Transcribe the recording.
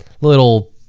little